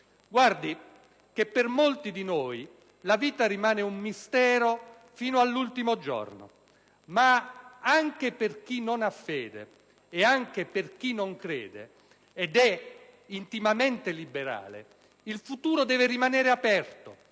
Guardi che per molti di noi la vita rimane un mistero fino all'ultimo giorno, e anche per chi non ha fede e non crede ed è intimamente liberale il futuro deve rimanere aperto.